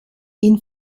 ihn